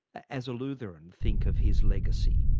as a lutheran, think of his legacy?